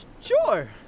Sure